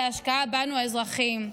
להשקעה בנו האזרחים.